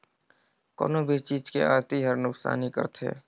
कोनो भी चीज के अती हर नुकसानी करथे